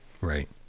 Right